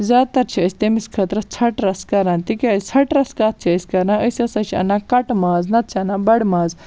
زیادٕ تَر چھِ أسۍ تٔمِس خٲطرٕ ژھَٹہٕ رَس کَران تکیاز ژھَٹہٕ رَس کتھ چھِ أسۍ کَران أسۍ ہَسا چھِ اَنان کَٹہٕ ماز نَتہٕ چھِ اَنان بَڑٕ ماز